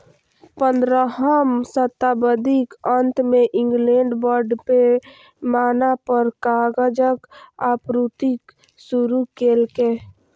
पंद्रहम शताब्दीक अंत मे इंग्लैंड बड़ पैमाना पर कागजक आपूर्ति शुरू केलकै